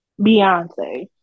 Beyonce